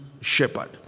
shepherd